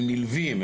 הם נלווים,